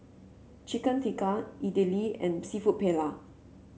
Chicken Tikka Idili and seafood Paella